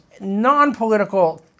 non-political